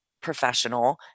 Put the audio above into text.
professional